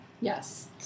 Yes